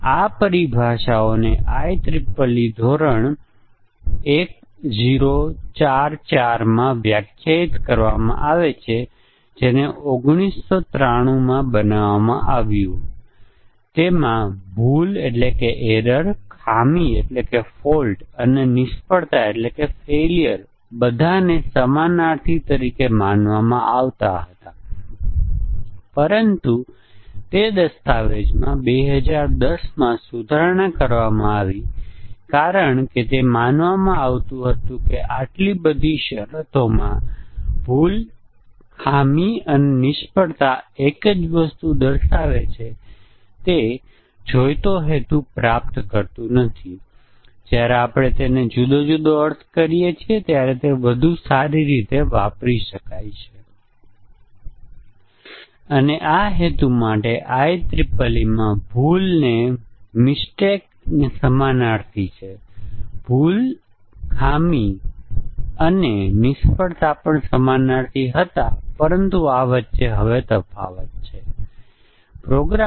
આપણે વિવિધ પ્રકારની સરળ પ્રોગ્રામિંગ ભૂલો રજૂ કરીએ છીએ જે પ્રોગ્રામર પ્રોગ્રામ લખતી વખતે કરે છે અને કેટલાક ઉદાહરણો સ્ટેટમેન્ટ કાઢી રહ્યા છે અંકગણિત ઓપરેટરને બદલી રહ્યા છે કારણ કે આ એક લાક્ષણિક પ્રોગ્રામિંગ ભૂલ પણ છે જ્યાં પ્રોગ્રામરે ભૂલથી એક અલગ ઓપરેટર લખ્યું હતું પછી તેનો હેતુ હતો સંભવત તેણે માત્ર બાદબાકી અથવા તેના જેવી વસ્તુ સાથે વત્તાની અદલાબદલી કરી અચળાંકનું મૂલ્ય બદલવું ડેટા પ્રકાર બદલવો રિલેશનલ ઓપરેટર બદલવું રિલેશનલ ઓપરેટરની બાઉન્ડરી બદલવી વગેરે